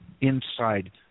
inside